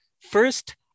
first